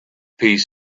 piece